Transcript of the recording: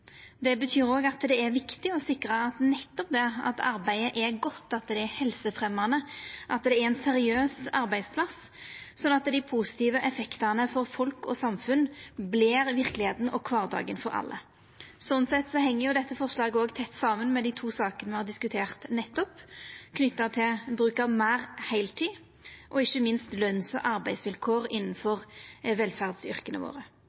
Det betyr òg at det er viktig å sikra at arbeidet er godt, at det er helsefremjande, at det er ein seriøs arbeidsplass, sånn at dei positive effektane for folk og samfunn vert verkelegheita og kvardagen for alle. Sånn sett heng dette forslaget tett saman med dei to sakene me har diskutert nettopp, knytte til bruk av meir heiltid og ikkje minst løns- og arbeidsvilkår innanfor velferdsyrka våre.